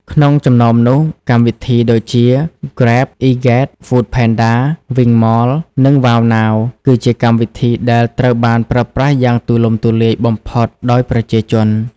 ក្នុងចំណោមនោះ កម្មវិធីដូចជា ហ្គ្រេប អុីហ្គ្រេត ហ្វូដផេនដា វីងម៉ល និងវ៉ាវណាវ គឺជាកម្មវិធីដែលត្រូវបានប្រើប្រាស់យ៉ាងទូលំទូលាយបំផុតដោយប្រជាជន។